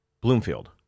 Bloomfield